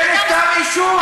אין כתב אישום.